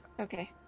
Okay